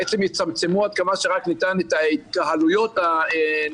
שיצמצמו עד כמה שרק ניתן את ההתקהלויות הנדרשות.